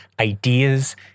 ideas